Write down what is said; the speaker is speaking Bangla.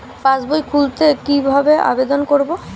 পাসবই খুলতে কি ভাবে আবেদন করব?